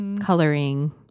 coloring